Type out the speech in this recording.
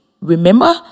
Remember